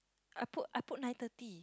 I put I put nine thirty